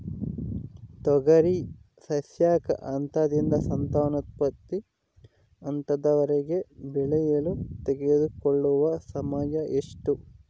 ತೊಗರಿ ಸಸ್ಯಕ ಹಂತದಿಂದ ಸಂತಾನೋತ್ಪತ್ತಿ ಹಂತದವರೆಗೆ ಬೆಳೆಯಲು ತೆಗೆದುಕೊಳ್ಳುವ ಸಮಯ ಎಷ್ಟು?